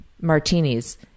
martinis